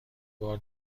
بار